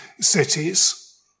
cities